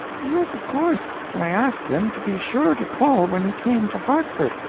yes, of course and i asked him to be sure to call when he came to hartford.